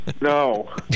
no